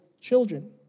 children